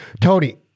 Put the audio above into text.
tony